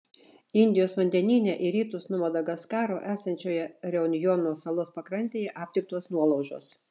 indijos vandenyne į rytus nuo madagaskaro esančioje reunjono salos pakrantėje aptiktos nuolaužos